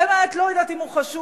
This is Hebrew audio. באמת לא יודעת אם הוא חשוב,